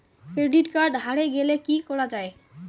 Credit card হারে গেলে কি করা য়ায়?